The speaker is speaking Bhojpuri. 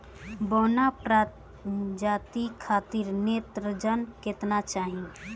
बौना प्रजाति खातिर नेत्रजन केतना चाही?